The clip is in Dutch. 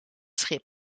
schip